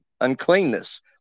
uncleanness